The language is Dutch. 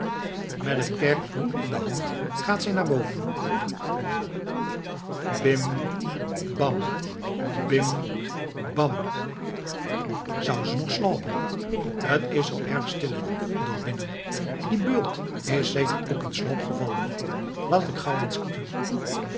met t kerkboek in de hand gaat zij naar boven bim bam bim bam zou ze nog sloapen s is zoo arg stille doarbinnen dien bult is zêker ôk in in sloap gevallen loat ik gauw